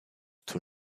too